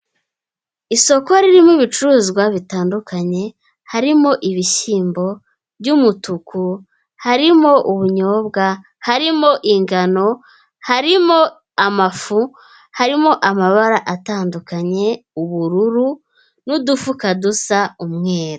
Isoko ririmo ibicuruzwa bitandukanye. harimo ibishyimbo by'umutuku, harimo ubunyobwa, harimo ingano, harimo amafu, harimo amabara atandukanye ubururu n'udufuka dusa umweru.